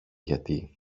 γιατί